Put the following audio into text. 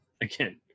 again